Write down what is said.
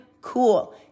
cool